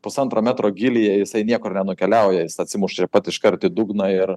pusantro metro gylyje jisai niekur nenukeliauja jis atsimuša į pat iškart į dugną ir